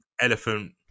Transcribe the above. elephant